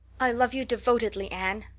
i love you devotedly, anne,